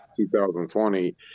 2020